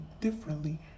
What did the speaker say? differently